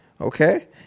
Okay